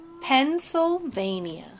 Pennsylvania